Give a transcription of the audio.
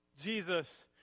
Jesus